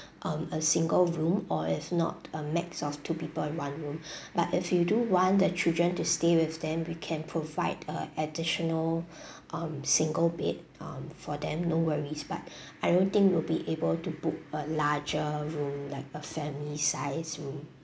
um a single room or if not a max of two people one room but if you do want that children to stay with them we can provide uh additional um single bed um for them no worries but I don't think you will be able to book a larger room like a family size room